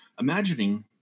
imagining